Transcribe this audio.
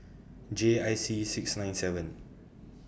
J I C six nine seven